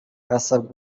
harasabwa